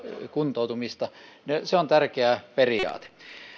kuntoutumista se on tärkeä periaate